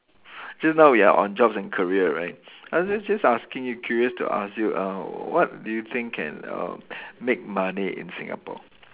just now we are on jobs and career right I just just asking you curious to ask you uh what do you think can uh make money in Singapore